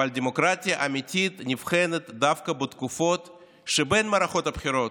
אבל דמוקרטיה אמיתית נבחנת דווקא בתקופות שבין מערכות הבחירות,